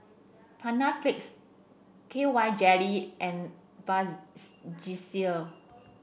Panaflex KY Jelly and Vasgisil